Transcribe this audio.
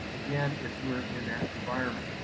again, if we're in that environment.